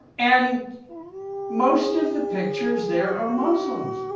and most of the pictures there are muslims.